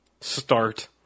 start